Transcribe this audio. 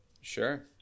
Sure